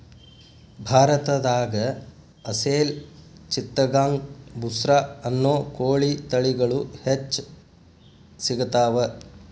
ಭಾರತದಾಗ ಅಸೇಲ್ ಚಿತ್ತಗಾಂಗ್ ಬುಸ್ರಾ ಅನ್ನೋ ಕೋಳಿ ತಳಿಗಳು ಹೆಚ್ಚ್ ಸಿಗತಾವ